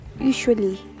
usually